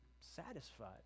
satisfied